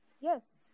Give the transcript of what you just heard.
Yes